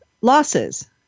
losses